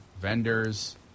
vendors